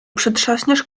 przytrzaśniesz